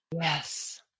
Yes